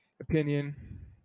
opinion